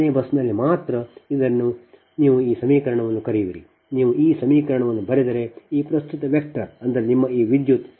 ಆದ್ದರಿಂದ ಇದರರ್ಥ r ನೇ ಬಸ್ನಲ್ಲಿ ಮಾತ್ರ ಆದ್ದರಿಂದ ನೀವು ಈ ಸಮೀಕರಣವನ್ನು ಕರೆಯುವಿರಿ ನೀವು ಈ ಸಮೀಕರಣವನ್ನು ಬರೆದರೆ ಈ ಪ್ರಸ್ತುತ ವೆಕ್ಟರ್ ಅಂದರೆ ನಿಮ್ಮ ಈ ವಿದ್ಯುತ್